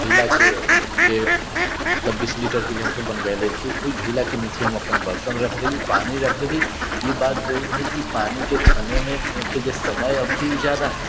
घैलाके जे मतलब बीस लीटरके जे हमसब बनबेले छी ओहि घैलाके निचे हम अपन बर्तन रखि देली पानि रखि देली ई बात जरूर हइ कि पानिके छानैमे जे समय अवधि हइ ओ ज्यादा हइ